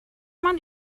man